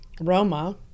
Roma